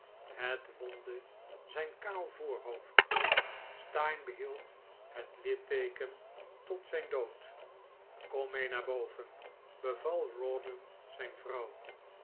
het wondde zijn kaal voorhoofd steyne behield het litteeken tot zijn dood kom mee naar boven beval rawdon zijn vrouw